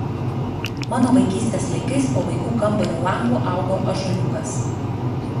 mano vaikystės laikais po vaikų kambario langu augo ąžuoliukas